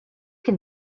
can